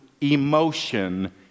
emotion